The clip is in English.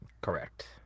Correct